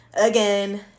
again